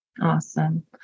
Awesome